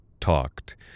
talked